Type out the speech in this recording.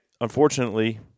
Unfortunately